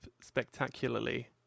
spectacularly